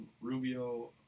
Rubio